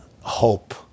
hope